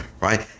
Right